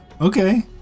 Okay